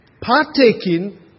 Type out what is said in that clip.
partaking